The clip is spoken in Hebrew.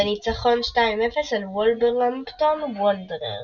בניצחון 0–2 על וולברהמפטון וונדררס.